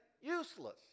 useless